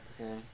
Okay